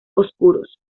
oscuros